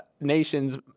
nations